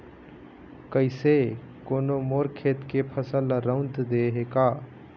कइसे कोनो मोर खेत के फसल ल रंउद दे हे का?